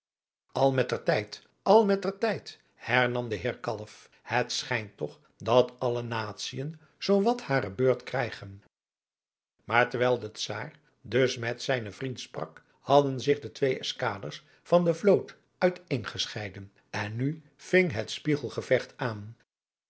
al met er tijd al met er tijd hernam de heer kalf het schijnt toch dat alle natiën zoo wat hare beurt krijgen maar terwijl de czaar dus met zijnen vriend sprak hadden zich de twee eskaders van de vloot uit een gescheiden en nu ving het spieadriaan